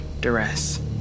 duress